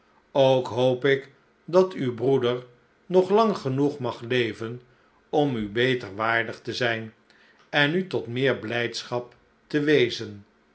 ook hoop ik dat uw broeder nog langgenoeg mag leven om u beter waardig te zijn en u tot meer blijdschap te wezen